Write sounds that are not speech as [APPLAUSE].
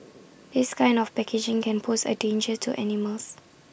[NOISE] this kind of packaging can pose A danger to animals